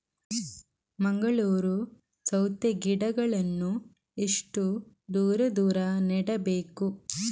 ಮಂಗಳೂರು ಸೌತೆ ಗಿಡಗಳನ್ನು ಎಷ್ಟು ದೂರ ದೂರ ನೆಡಬೇಕು?